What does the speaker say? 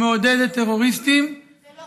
ומעודדת טרוריסטים, זה לא חדש.